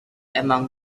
among